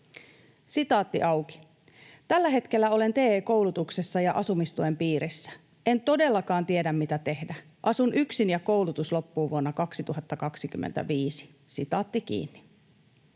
ostamatta.” ”Tällä hetkellä olen TE-koulutuksessa ja asumistuen piirissä. En todellakaan tiedä, mitä tehdä. Asun yksin, ja koulutus loppuu vuonna 2025.” ”Opiskelijana